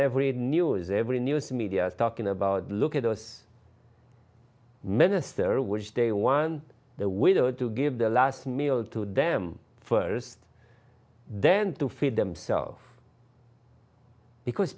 every news every news media is talking about look at us minister which day one the widow to give the last meal to them first then to feed themself because